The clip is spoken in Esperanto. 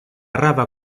rava